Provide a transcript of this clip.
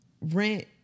rent